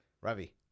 Ravi